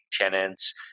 tenants